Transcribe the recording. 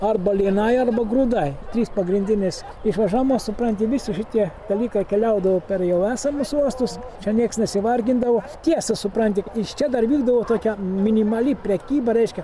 arba lynai arba grūdai trys pagrindinės išvežama supranti visi šitie dalykai keliaudavo per jau esamus uostus čia nieks nesivargindavo tiesa supranti iš čia dar vykdavo tokia minimali prekyba reiškia